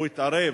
הוא התערב,